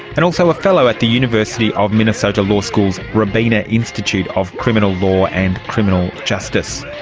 and um fellow fellow at the university of minnesota law school's robina institute of criminal law and criminal justice.